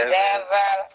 devil